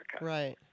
Right